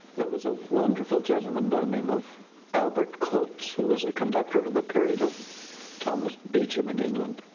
there was a wonderful gentlemen by the name of albert coates who was a conductor in the period of thomas beecham in england,